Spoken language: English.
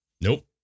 Nope